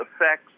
effects